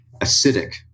Acidic